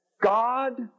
God